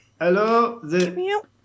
Hello